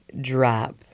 drop